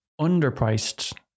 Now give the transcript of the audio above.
underpriced